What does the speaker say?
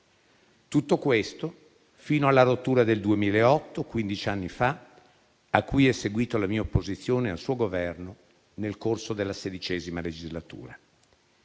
tutto questo fino alla rottura del 2008, quindici anni fa, a cui è seguita la mia opposizione al suo Governo nel corso della XVI legislatura.